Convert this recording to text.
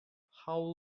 how